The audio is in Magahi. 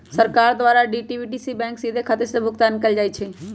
सरकार द्वारा डी.बी.टी सीधे बैंक खते सभ में भुगतान कयल जाइ छइ